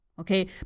Okay